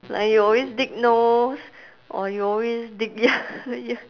like you always dig nose or you always dig ear ear